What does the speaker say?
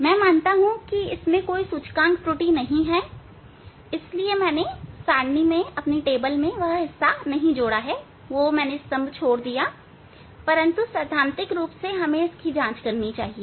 मैं मानता हूं कि इसमें कोई सूचकांक त्रुटि नहीं है इसलिए मैंने सारणी में वह हिस्सा नहीं जोड़ा है परंतु सैद्धांतिक रूप से हमें इसे जांचना चाहिए